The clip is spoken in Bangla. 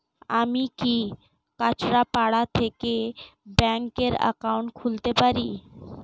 আমি কি কাছরাপাড়া থেকে ব্যাংকের একাউন্ট খুলতে পারি?